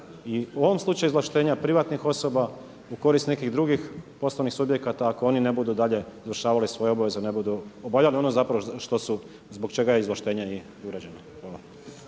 i u ovom slučaju izvlaštenja privatnih osoba u korist nekih drugih poslovnih subjekata ako oni ne budu dalje izvršavali svoje obaveze ne budu obavljalo ono zapravo što su, zbog čega je izvlaštenje i urađeno.